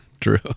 True